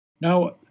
Now